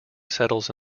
settles